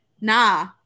nah